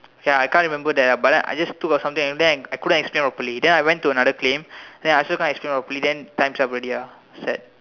okay I can't remember that ah but then I just took of something then I couldn't explain properly then I went to another claim and then I still can't explain properly and then times up already ah sad